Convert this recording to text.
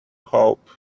hope